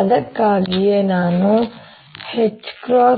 ಅದಕ್ಕಾಗಿಯೇ ನಾನು HB0 M